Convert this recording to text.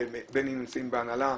בין אם הם נמצאים בהנהלה,